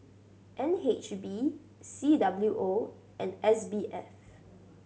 N H B C W O and S B F